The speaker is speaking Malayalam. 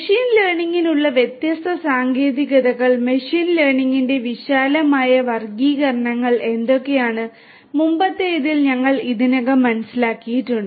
മെഷീൻ ലേണിംഗിനുള്ള വ്യത്യസ്ത സാങ്കേതികതകൾ മെഷീൻ ലേണിംഗിന്റെ വിശാലമായ വർഗ്ഗീകരണങ്ങൾ എന്തൊക്കെയാണ് മുമ്പത്തെതിൽ ഞങ്ങൾ ഇതിനകം മനസ്സിലാക്കിയിട്ടുണ്ട്